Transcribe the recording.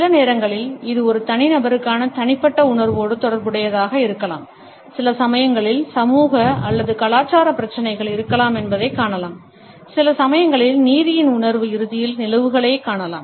சில நேரங்களில் இது ஒரு தனிநபருக்கான தனிப்பட்ட உணர்வோடு தொடர்புடையதாக இருக்கலாம் சில சமயங்களில் சமூக அல்லது கலாச்சார பிரச்சினைகள் இருக்கலாம் என்பதைக் காணலாம் சில சமயங்களில் நீதியின் உணர்வு இறுதியில் நிலவுவதைக் காணலாம்